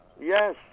Yes